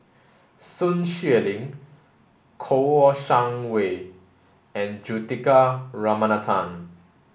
Sun Xueling Kouo Shang Wei and Juthika Ramanathan